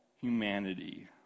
humanity